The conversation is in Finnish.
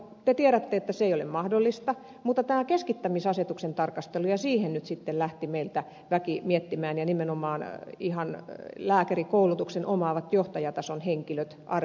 te tiedätte että se ei ole mahdollista mutta tätä keskittämistä ja asetuksen tarkastelua sen suhteen lähti meillä väki miettimään ja nimenomaan ihan lääkärikoulutuksen omaavat johtajatason henkilöt arvioivat sitä